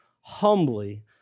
humbly